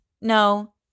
no